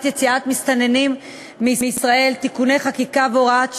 יציאתם של מסתננים מישראל (תיקוני חקיקה והוראות שעה),